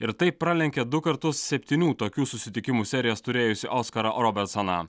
ir taip pralenkė du kartus septynių tokių susitikimų serijas turėjusį oskarą robertsoną